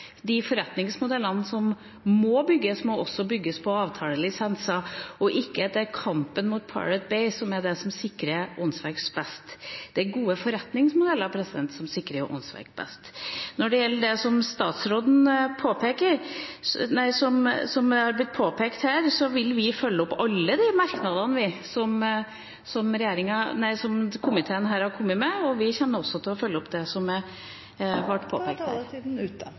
de forretningsmodellene som må bygges, også må bygges på avtalelisenser, og at det ikke er kampen mot The Pirate Bay som sikrer åndsverk best. Det er gode forretningsmodeller som sikrer åndsverk best. Når det gjelder det som er påpekt her, vil vi følge opp alle de merknadene som komiteen har kommet med. Vi kommer også til å følge opp det som ble påpekt der. Da er taletiden ute.